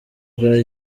bwa